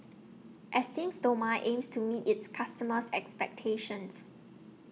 Esteem Stoma aims to meet its customers' expectations